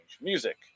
Music